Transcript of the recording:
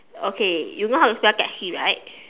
okay you know how to spell taxi right